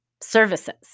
services